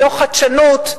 לא חדשנות.